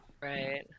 Right